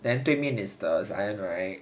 then 对面 is the zion right